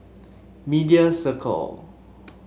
Media Circle